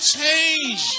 change